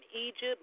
Egypt